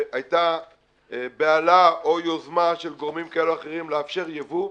שהייתה בהלה או יוזמה של גורמים כאלו או אחרים לאפשר ייבוא,